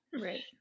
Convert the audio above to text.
Right